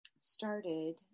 started